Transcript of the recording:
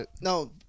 No